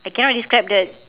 I cannot describe the